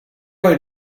going